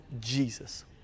Jesus